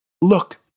Look